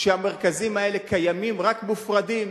שהמרכזים האלה קיימים, רק מופרדים,